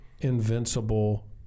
invincible